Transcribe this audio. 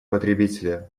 потребителя